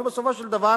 ובסופו של דבר